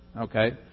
okay